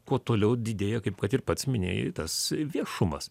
kuo toliau didėja kaip kad ir pats minėjai tas viešumas